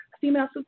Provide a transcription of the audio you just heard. female